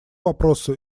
вопросу